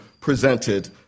presented